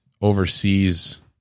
oversees